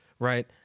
right